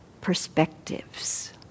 perspectives